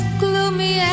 gloomy